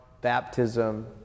baptism